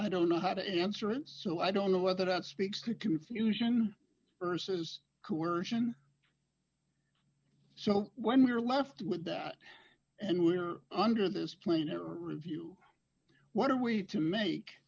i don't know how to answer it so i don't know whether that speaks to confusion versus coercion so when we're left with that and we're under this plane it review what are we to make